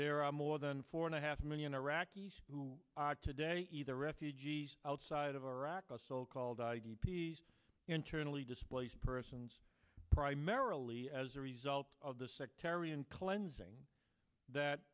there are more than four and a half million iraqis who today either refugees outside of iraq a so called i d p s internally displaced persons primarily as a result of the sectarian cleansing that